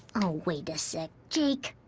wait a sec, jake,